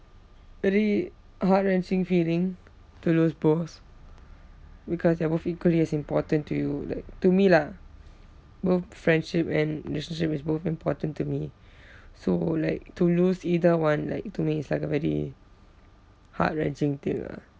very heart wrenching feeling to lose both because they're both equally as important to you like to me lah both friendship and relationship is both important to me so like to lose either one like to me it's like a very heart wrenching thing ah